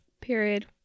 Period